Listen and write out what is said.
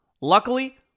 Luckily